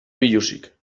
biluzik